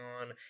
on